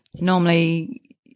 normally